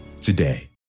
today